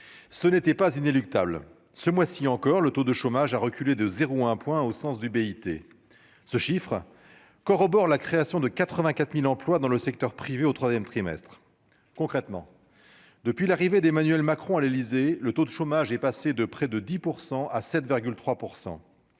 ce n'était pas inéluctable ce mois-ci encore le taux de chômage a reculé de 0 1 point au sens du BIT se chiffrent corroborent la création de 84000 emplois dans le secteur privé au 3ème trimestre concrètement depuis l'arrivée d'Emmanuel Macron, à l'Élysée, le taux de chômage est passé de près de 10 % à 7,3